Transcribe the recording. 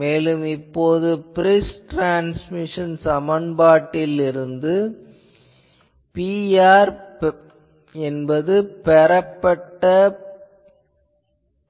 மேலும் இப்போது Friis transmission சமன்பாட்டிலிருந்து Pr பெறப்பட்ட